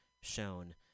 shown